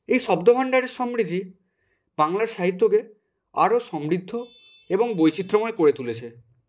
এই শব্দ ভান্ডারের সমৃদ্ধি বাংলা সাহিত্যকে আরও সমৃদ্ধ এবং বৈচিত্র্যময় করে তুলেছে